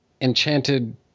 enchanted